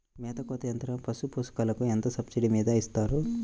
మేత కోత యంత్రం పశుపోషకాలకు ఎంత సబ్సిడీ మీద ఇస్తారు?